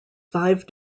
five